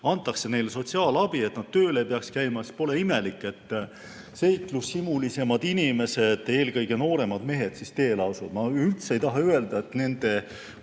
antakse neile sotsiaalabi, nii et nad tööl ei peagi käima, siis pole imelik, et seiklushimulisemad inimesed, eelkõige nooremad mehed, teele asuvad. Ma üldse ei taha öelda, et nende